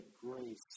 grace